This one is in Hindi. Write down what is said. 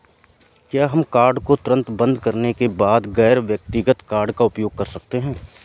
क्या हम कार्ड को तुरंत बंद करने के बाद गैर व्यक्तिगत कार्ड का उपयोग कर सकते हैं?